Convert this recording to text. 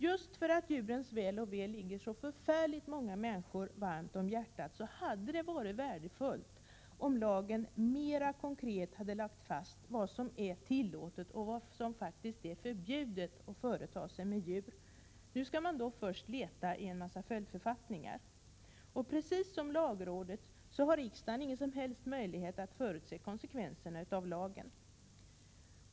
Just därför att djurens väl och ve ligger väldigt många människor så varmt om hjärtat hade det varit värdefullt om lagen mera konkret hade lagt fast vad som är tillåtet och vad som faktiskt är förbjudet att företa sig med djur. Först skall man gå igenom en mängd följdförfattningar. I likhet med lagrådet har inte heller riksdagen någon som helst möjlighet att förutse konsekvenserna av lagen.